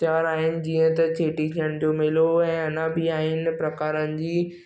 त्योहार आहिनि जीअं त चेटीचंड जो मेलो ऐं अञा बि आहिनि प्रकारनि जी